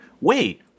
wait